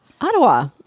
Ottawa